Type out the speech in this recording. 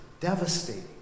devastating